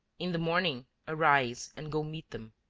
in the morning arise, and go meet them,